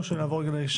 בבקשה,